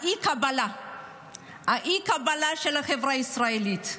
האי-קבלה של החברה הישראלית.